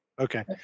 Okay